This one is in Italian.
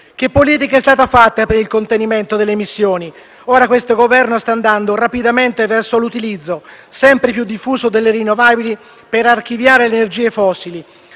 Che politica è stata fatta per il contenimento delle emissioni? Ora, questo Governo sta andando rapidamente verso l'utilizzo sempre più diffuso delle rinnovabili per archiviare le energie fossili.